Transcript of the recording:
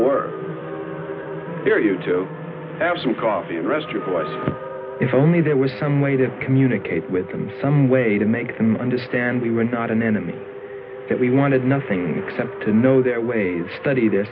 we're here you to have some coffee and rest of us if only there was some way to communicate with them some way to make them understand we were not an enemy that we wanted nothing except to know their ways study the